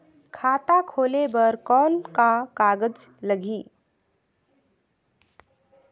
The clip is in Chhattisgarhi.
खाता खोले बर कौन का कागज लगही?